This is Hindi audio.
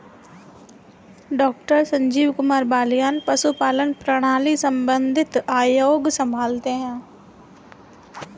डॉक्टर संजीव कुमार बलियान पशुपालन प्रणाली संबंधित आयोग संभालते हैं